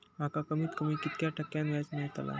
माका कमीत कमी कितक्या टक्क्यान व्याज मेलतला?